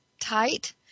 tight